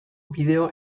bideo